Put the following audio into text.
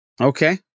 Okay